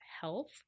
health